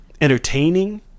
Entertaining